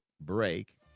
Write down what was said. break